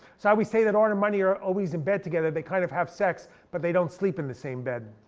so why we say that art and money are always in bed together, they kind of have sex, but they don't sleep in the same bed.